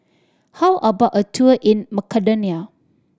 how about a tour in Macedonia